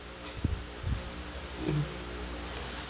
mm